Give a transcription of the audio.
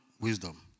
wisdom